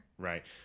right